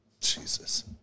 Jesus